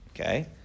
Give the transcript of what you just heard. Okay